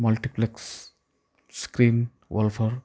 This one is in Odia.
multiplex screen ୱଲଫର୍